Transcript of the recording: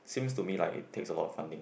seems to me like it takes a lot of funding